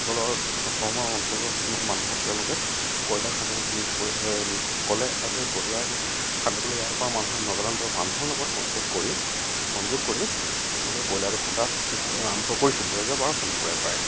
অঞ্চলৰ অসমৰ অঞ্চলৰ কিছুমান মানুহক তেওঁলোকে কয়লা খান্দিবলৈ নিয়োগ ক'লে আৰু সেই কয়লা খান্দিবলৈ ইয়াৰপৰা মানুহ নগালেণ্ডৰ মানুহৰ লগত কণ্টেক কৰি সংযোগ কৰি তেওঁলোকে কয়লাতো খন্দা আৰম্ভ কৰিছিল দুহেজাৰ বাৰ চনৰপৰাই প্ৰায়